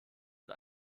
und